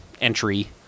entry